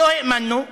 לא האמנו.